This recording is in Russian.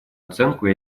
оценку